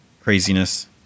craziness